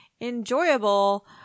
enjoyable